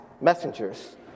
messengers